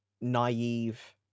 naive